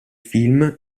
film